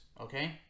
okay